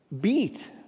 beat